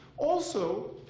also,